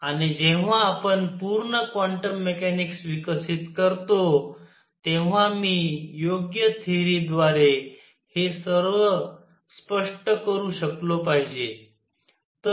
आणि जेव्हा आपण पूर्ण क्वांटम मेकॅनिक्स विकसित करतो तेव्हा मी योग्य थेअरीद्वारे हे सर्व स्पष्ट करू शकलो पाहिजे